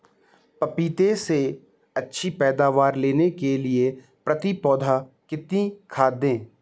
पपीते से अच्छी पैदावार लेने के लिए प्रति पौधा कितनी खाद दें?